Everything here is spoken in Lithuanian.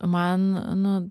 man nu